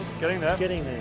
getting there. getting there.